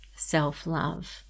self-love